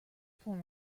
form